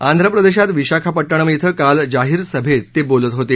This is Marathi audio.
आंध्रप्रदेशात विशाखापट्टणम इथं काल जाहीर सभेत ते बोलत होते